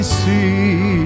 see